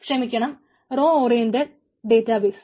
ക്ഷമിക്കണം row oriented database